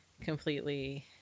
completely